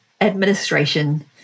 administration